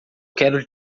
quero